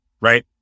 Right